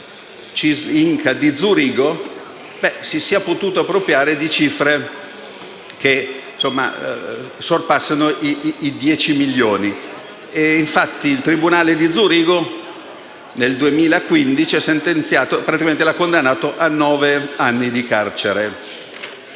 di Zurigo si sia potuto appropriare di cifre che sorpassano i dieci milioni e infatti il tribunale di Zurigo, nel 2015, lo ha condannato a nove anni di carcere.